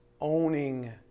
Owning